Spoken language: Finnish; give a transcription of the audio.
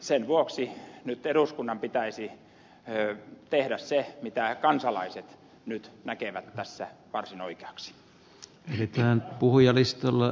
sen vuoksi nyt eduskunnan pitäisi tehdä se minkä kansalaiset nyt näkevät tässä varsin oikeaksi